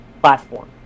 platform